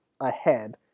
ahead